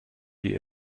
die